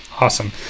awesome